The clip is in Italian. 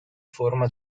forma